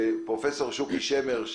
אבל לפני זה אני רוצה לשמוע את פרופ' שוקי שמר,